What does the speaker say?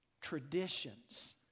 Traditions